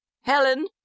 Helen